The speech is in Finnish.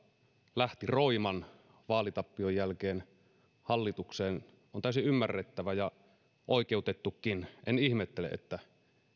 lähti roiman vaalitappion jälkeen hallitukseen on täysin ymmärrettävä ja oikeutettukin en ihmettele että